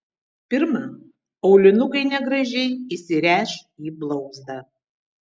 pirma aulinukai negražiai įsiręš į blauzdą